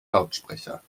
lautsprecher